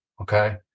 Okay